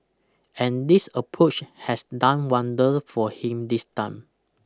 and this approach has done wonders for him this time